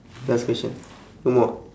last question no more